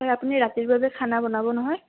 আপুনি ৰাতিৰ বাবে খানা বনাব নহয়